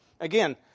again